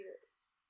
Yes